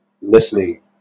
listening